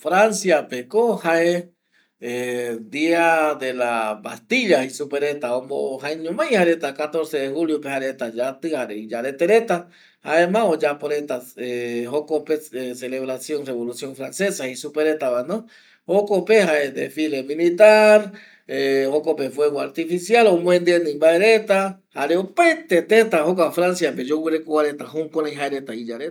Francia pe ko jae dia de la vastilla jei supe reta va, jaeñomai jaereta catorce de julio oyembuati reta jare iyarete reta jare ma oyapo reta jokope celebración de la revolución francesa jei supe reta va, jokope jae desfile militar ˂hesitation˃ jokope juego artificial omuendi endi mbae reta jare opaete teta Francia pe yogureko reta va jukurei jae reta iyarete